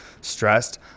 stressed